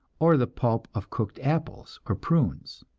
or the pulp of cooked apples or prunes.